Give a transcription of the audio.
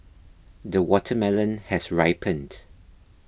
the watermelon has ripened